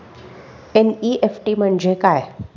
NEFT म्हणजे काय?